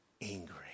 angry